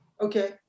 Okay